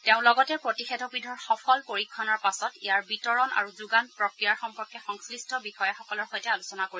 তেওঁ লগতে প্ৰতিষেধকবিধৰ সফল পৰীক্ষণৰ পাছত ইয়াৰ বিতৰণ আৰু যোগান প্ৰক্ৰিয়াৰ সম্পৰ্কে সংশ্লিষ্ট বিষয়াসকলৰ সৈতে আলোচনা কৰিব